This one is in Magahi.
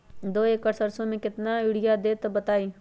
दो एकड़ सरसो म केतना यूरिया देब बताई?